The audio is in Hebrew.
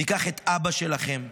ניקח את אבא שלכם,